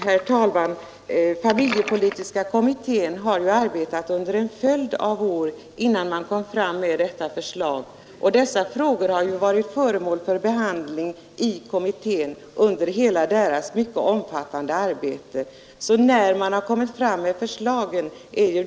Herr talman! Familjepolitiska kommittén har arbetat under en följd av år innan den framlade sitt förslag, och dessa frågor har varit föremål för behandling i kommittén under dess man har framlagt förslagen är dä ointressant. mycket omfattande arbete.